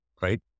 right